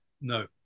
No